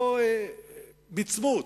מצמוץ,